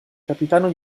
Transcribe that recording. capitano